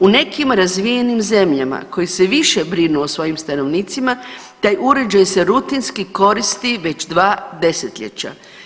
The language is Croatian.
U nekim razvijenim zemljama koje se više brinu o svojim stanovnicima taj uređaj se rutinski koristi već 2 desetljeća.